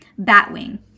batwing